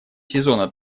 сезона